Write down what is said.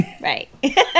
Right